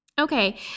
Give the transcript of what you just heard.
Okay